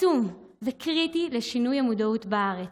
עצום וקריטי בשינוי המודעות בארץ,